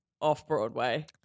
off-Broadway